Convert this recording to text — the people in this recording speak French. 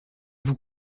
vous